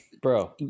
bro